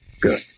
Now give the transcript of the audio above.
Good